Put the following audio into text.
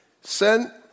send